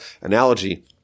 analogy